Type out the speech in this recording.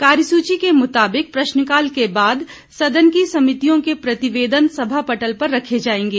कार्य सूची के मुताबिक प्रश्नकाल के बाद सदन की समितियों के प्रतिवेदन सभा पटल पर रखे जाएंगे